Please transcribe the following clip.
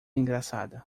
engraçada